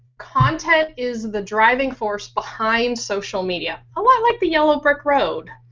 content is the driving force behind social media. a lot like the yellow brick road.